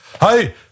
hi